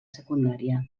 secundària